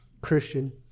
Christian